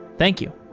thank you.